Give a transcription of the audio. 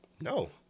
No